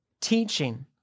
teaching